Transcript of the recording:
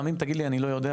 גם אם תגיד לי אני לא יודע,